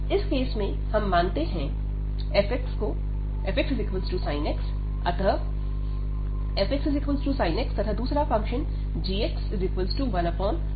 इस केस में हम मानते हैं fxsin x अतः fxsin x तथा दूसरा फंक्शन gx1xp है